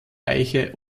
eiche